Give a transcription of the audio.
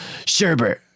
Sherbert